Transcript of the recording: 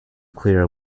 clear